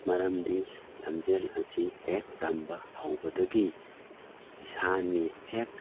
ꯃꯔꯝꯗꯤ ꯂꯝꯖꯦꯟ ꯑꯁꯤ ꯍꯦꯛ ꯇꯝꯕ ꯍꯧꯕꯗꯒꯤ ꯏꯁꯥꯒꯤ ꯍꯦꯛ